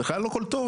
בכלל לא קולטות.